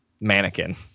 mannequin